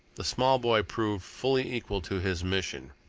the small boy proved fully equal to his mission.